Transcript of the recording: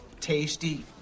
tasty